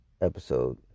episode